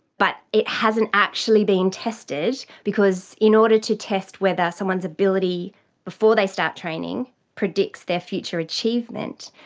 but it hasn't actually been tested because in order to test whether someone's ability before they start training predicts their future achievement,